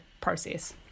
process